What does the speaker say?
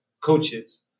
coaches